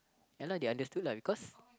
ya lah they understood lah because